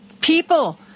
people